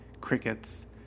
crickets